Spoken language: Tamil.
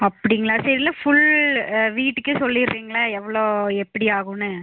அப்டிங்களா சரி இல்லை ஃபுல் வீட்டுக்கே சொலிறிங்களா எவ்வளோ எப்படி ஆகுன்னு